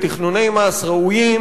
בתכנוני מס ראויים,